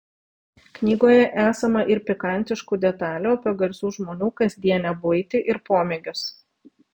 knygoje esama ir pikantiškų detalių apie garsių žmonių kasdienę buitį ir pomėgius